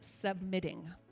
submitting